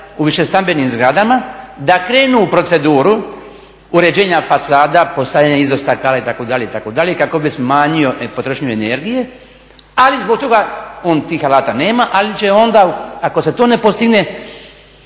u višestambenim zgradama da krenu u proceduru uređenja fasada, postavljanje izostakala itd., itd. kako bi smanjio potrošnju energije, on tih alata nema, ali zbog toga će onda ako se to ne postigne